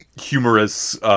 humorous